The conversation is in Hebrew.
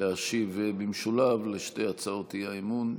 להשיב במשולב על שתי הצעות האי-אמון.